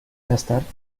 gastar